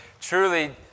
truly